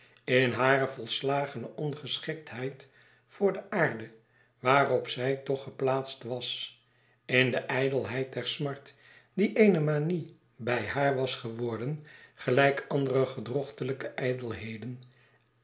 in hare volslagene ongeschiktheid voor de aarde waarop zij toch geplaatst was in de ijdelheid der smart die eene manie by haar was geworden gelijk andere gedrochtelij